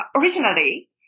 originally